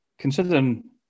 Considering